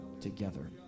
together